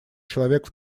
человек